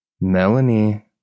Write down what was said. Melanie